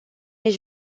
își